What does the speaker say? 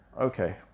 Okay